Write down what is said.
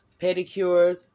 pedicures